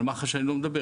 על מח"ש אני לא מדבר,